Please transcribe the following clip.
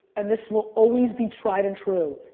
and this will always be tried and true,